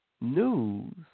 news